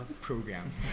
program